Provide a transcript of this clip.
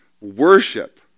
worship